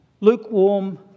lukewarm